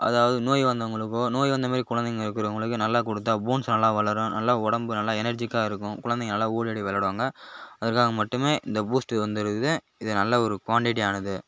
அதாவது நோய் வந்தவங்களுக்கோ நோய் வந்தமாரி குழந்தைங்கள் இருக்கிறவுங்களுக்கு நல்லா கொடுத்தா போன்ஸ் நல்லா வளரும் நல்லா உடம்பு நல்ல எனர்ஜிக்காக இருக்கும் குழந்தைங்கள் நல்ல ஓடி ஆடி விளாடுவாங்க அதற்காக மட்டுமே இந்த பூஸ்டு வந்திருக்குது இது நல்ல ஒரு குவான்டிட்டியானது